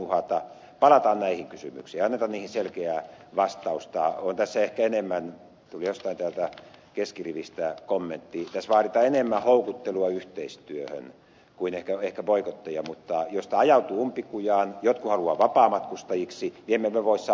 palataan näihin kysymyksiin ei anneta niihin selkeää vastausta tuli jostain täältä keskirivistä kommentti tässä vaaditaan enemmän houkuttelua yhteistyöhön kuin ehkä boikotteja mutta jos tämä ajautuu umpikujaan jotkut haluavat vapaamatkustajiksi niin emme me voi sallia sitä